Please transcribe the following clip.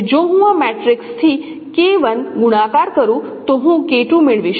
તેથી જો હું આ મેટ્રિક્સથી ગુણાકાર કરું તો હું મેળવીશ